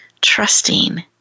trusting